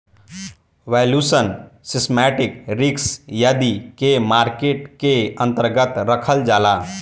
valuation, systematic risk आदि के market के अन्तर्गत रखल जाला